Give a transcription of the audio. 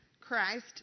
Christ